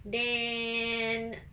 then